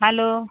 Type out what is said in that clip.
hello